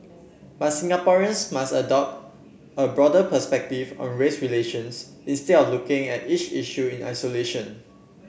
but Singaporeans must adopt a broader perspective on race relations instead of looking at each issue in isolation